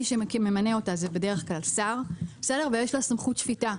מי שממנה אותה זה בדרך-כלל שר ויש לה סמכות שפיטה.